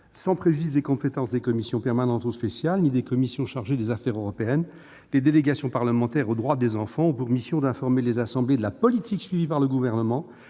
Sans préjudice des compétences des commissions permanentes ou spéciales ni des commissions chargées des affaires européennes, les délégations parlementaires aux droits des enfants ont pour mission d'informer les assemblées de la politique suivie par le Gouvernement